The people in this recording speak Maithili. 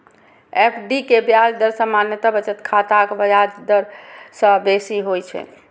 एफ.डी के ब्याज दर सामान्य बचत खाताक ब्याज दर सं बेसी होइ छै